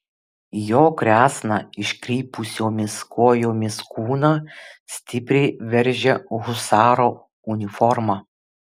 jo kresną iškrypusiomis kojomis kūną stipriai veržia husaro uniforma